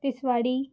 Tiswadi